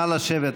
נא לשבת.